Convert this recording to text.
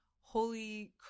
holy